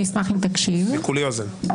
אני אשמח אם תקשיב --- כולי אוזן.